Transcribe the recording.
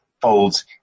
folds